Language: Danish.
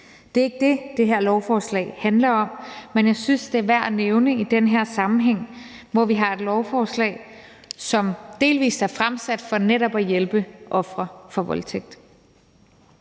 Det er ikke det, det her lovforslag handler om, men jeg synes, det er værd at nævne i den her sammenhæng, hvor vi har et lovforslag, som delvis er fremsat for netop at hjælpe ofre for voldtægt.